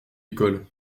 école